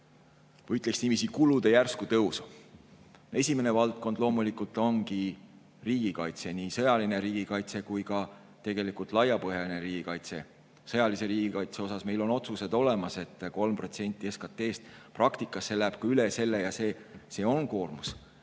ütleksin niiviisi, kulude järsku tõusu. Esimene valdkond loomulikult ongi riigikaitse, nii sõjaline riigikaitse kui ka tegelikult laiapõhjaline riigikaitse. Sõjalise riigikaitse kohta on meil otsused olemas, et 3% SKT-st. Praktikas see läheb ka üle selle ja see on suur koormus